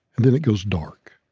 and then it goes dark.